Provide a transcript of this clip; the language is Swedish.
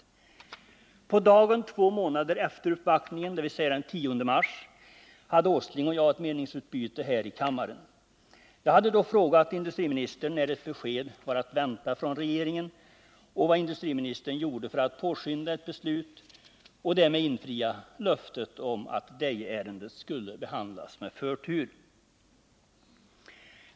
På dagen två månader efter uppvaktningen — dvs. den 10 mars — hade herr Åsling och jag ett meningsutbyte här i kammaren. Jag hade då frågat industriministern när ett besked var att vänta från regeringen och vad han gjorde för att påskynda ett beslut och därmed infria löftet om att Dejeärendet skulle behandlas med förtur.